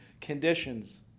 conditions